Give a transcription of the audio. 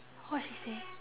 what she say